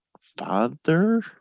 father